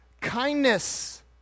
kindness